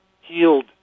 healed